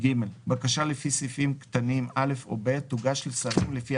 בקשה לפי סעיפים קטנים (א) או (ב) תוגש לשרים לפי